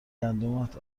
گندمت